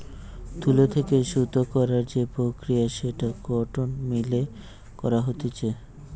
তুলো থেকে সুতো করার যে প্রক্রিয়া সেটা কটন মিল এ করা হতিছে